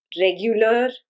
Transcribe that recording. regular